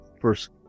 first